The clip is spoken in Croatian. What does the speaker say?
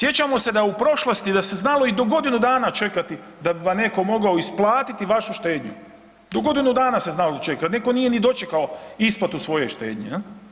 Sjećamo da u prošlosti da se znalo i do godinu dana čekati da bi vam neko mogao isplatiti vašu štednju, do godinu dana se znalo čekati, neko nije ni dočekao isplatu svoje štednje, jel.